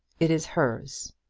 it is hers.